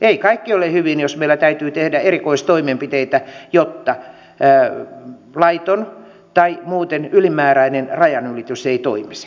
ei kaikki ole hyvin jos meillä täytyy tehdä erikoistoimenpiteitä jotta laiton tai muuten ylimääräinen rajanylitys ei toimisi